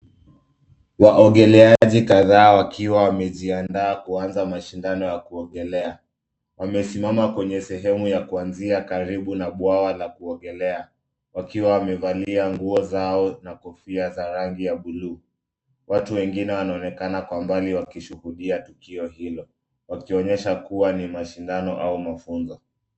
Waogeleaji kadhaa wakiwa wamejiandaa kuanza mashindano ya kuogelea, wameshimama kwenye sehemu ya kuanzia karibu na bwawa la kuogelea. Wakiwa wamevalia nguo zao na kofia za rangi ya buluu. Watu wengine wanaonekana kwa mbali wakishuhudia tukio hilo, wakionyesha kuwa ni mashindano au mafunzo.